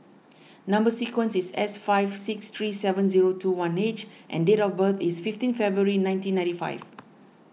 Number Sequence is S five six three seven zero two one H and date of birth is fifteen February nineteen ninety five